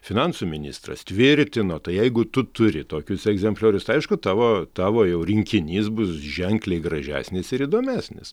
finansų ministras tvirtino tai jeigu tu turi tokius egzempliorius tai aišku tavo tavo jau rinkinys bus ženkliai gražesnis ir įdomesnis